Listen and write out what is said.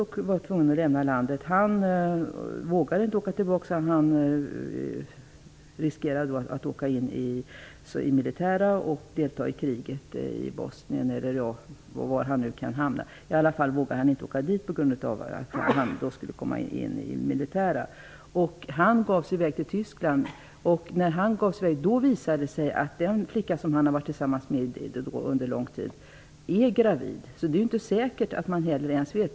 Han blev tvungen att lämna landet, men han vågade inte åka tillbaka till sitt hemland, eftersom han riskerade att åka in i det militära och delta i kriget. Han gav sig av till Tyskland, samtidigt som det visade sig att den flicka som han under lång tid hade varit tillsammans med i Sverige var gravid.